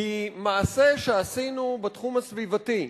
כי מעשה שעשינו בתחום הסביבתי,